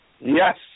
Yes